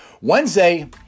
Wednesday